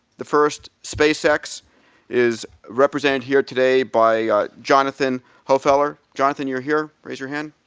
the first, spacex, is represented here today by jonathan hofeller. jonathan, you're here? raise your hand?